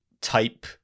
type